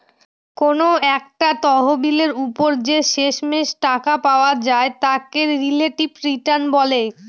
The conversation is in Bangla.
কোনো একটা তহবিলের ওপর যে শেষমেষ টাকা পাওয়া যায় তাকে রিলেটিভ রিটার্ন বলে